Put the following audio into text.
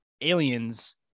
aliens